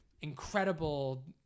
incredible